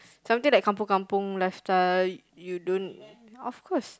something like kampung kampung lifestyle you don't of course